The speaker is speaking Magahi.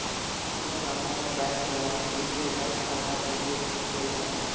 क्या हमारा बैंक बैलेंस दूसरे बैंक खाता में भेज सके ला?